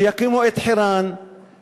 שיקימו את חירן,